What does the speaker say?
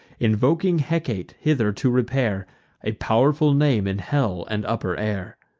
invoking hecate hither to repair a pow'rful name in hell and upper air.